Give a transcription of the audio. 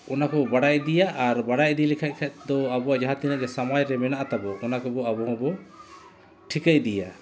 ᱚᱱᱟ ᱠᱚ ᱵᱟᱰᱟᱭ ᱤᱫᱤᱭᱟ ᱟᱨ ᱵᱟᱲᱟᱭ ᱤᱫᱤ ᱞᱮᱠᱷᱟᱱ ᱠᱷᱟᱱ ᱫᱚ ᱟᱵᱚᱣᱟᱜ ᱡᱟᱦᱟᱸ ᱛᱤᱱᱟᱹᱜ ᱜᱮ ᱥᱚᱢᱟᱡᱽ ᱨᱮ ᱢᱮᱱᱟᱜ ᱛᱟᱵᱚᱱ ᱚᱱᱟ ᱠᱚᱵᱚᱱ ᱟᱵᱚ ᱦᱚᱸ ᱵᱚᱱ ᱴᱷᱤᱠᱟᱹ ᱫᱤᱭᱟ